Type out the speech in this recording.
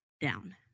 down